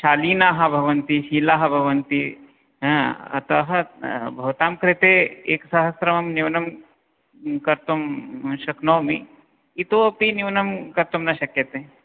शालिनाः भवन्ति शीलाः भवन्ति अतः भवतां कृते एकसहस्रः न्यूनं कर्तुं शक्नोमि इतोऽपि न्यूनं न कर्तुं शक्यते